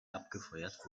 abgefeuert